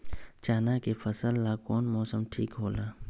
चाना के फसल ला कौन मौसम ठीक होला?